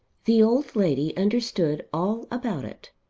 the old lady understood all about it.